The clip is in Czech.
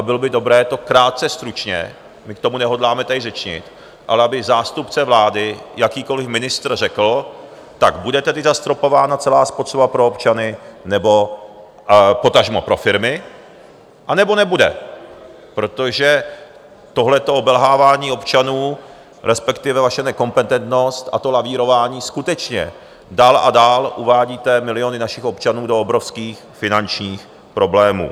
Bylo by dobré to krátce, stručně my k tomu tady nehodláme řečnit, ale aby zástupce vlády, jakýkoliv ministr, řekl, jestli bude tedy zastropována celá spotřeba pro občany, potažmo pro firmy, anebo nebude, protože tohle obelhávání občanů, respektive vaše nekompetentnost a lavírování, skutečně dál a dál uvádí miliony našich občanů do obrovských finančních problémů.